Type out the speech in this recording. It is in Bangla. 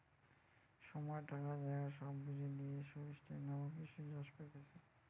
সময়, টাকা, জায়গা সব বুঝে লিয়ে সুস্টাইনাবল কৃষি চাষ করতিছে